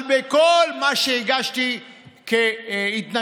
אבל בכל מה שהגשתי כהתנגדויות